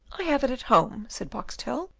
i have it at home, said boxtel,